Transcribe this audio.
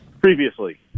previously